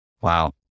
Wow